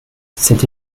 cette